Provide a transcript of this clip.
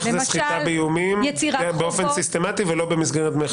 איך זאת סחיטה באיומים היא באופן סיסטמתי ולא במסגרת דמי חסות?